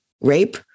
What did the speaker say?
rape